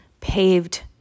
paved